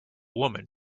woman